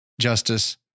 justice